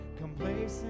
complacent